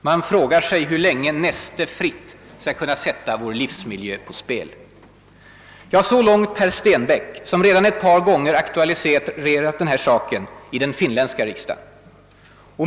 Man frågar sig hur länge Neste fritt skall kunna sätta vår livsmiljö på spel.> Så långt Pär Stenbäck, som redan ett par gånger aktualiserat saken i den finländska riksdagen.